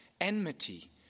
enmity